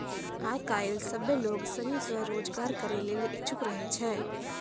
आय काइल सभ्भे लोग सनी स्वरोजगार करै लेली इच्छुक रहै छै